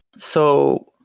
so,